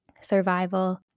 survival